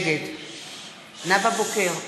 נגד נאוה בוקר,